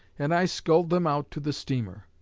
and i sculled them out to the steamer.